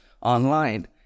online